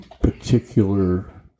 particular